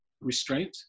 restraint